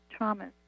traumas